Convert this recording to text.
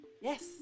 Yes